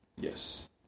Yes